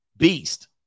beast